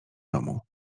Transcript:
domu